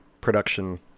Production